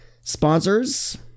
sponsors